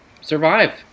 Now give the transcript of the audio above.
survive